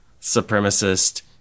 supremacist